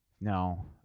no